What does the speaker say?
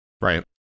Right